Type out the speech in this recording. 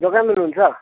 दोकानमै हुनुहुन्छ